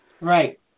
Right